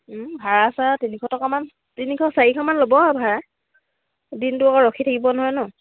ভাড়া চাৰা তিনিশ টকামান তিনিশ চাৰিশ মান ল'ব আৰু ভাড়া দিনটো আকৌ ৰখি থাকিব নহয় ন